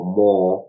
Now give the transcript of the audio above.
more